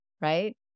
right